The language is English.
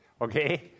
Okay